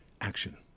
action